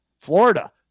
Florida